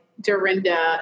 Dorinda